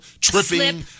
tripping